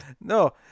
no